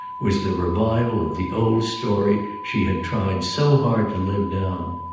was the revival of the old story she had tried so hard to live down.